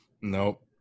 Nope